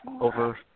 over –